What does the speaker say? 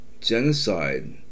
genocide